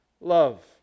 love